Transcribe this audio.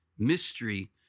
Mystery